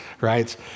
right